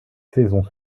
saisons